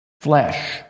flesh